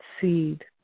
seed